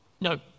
No